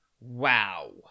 Wow